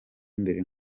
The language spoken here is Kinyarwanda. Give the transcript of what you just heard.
imbere